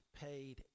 paid